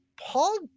Paul